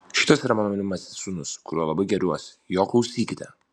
šitas yra mano mylimasis sūnus kuriuo labai gėriuosi jo klausykite